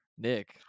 Nick